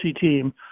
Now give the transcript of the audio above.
team